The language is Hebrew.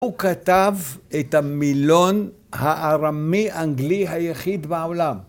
הוא כתב את המילון הארמי-אנגלי היחיד בעולם.